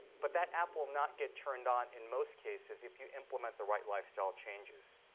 but that app will not get turned on in most cases if you implement the right lifestyle changes.